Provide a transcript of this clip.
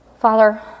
Father